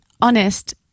honest